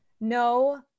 No